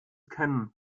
kennen